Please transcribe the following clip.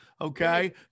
okay